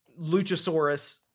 Luchasaurus